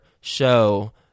show